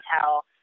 tell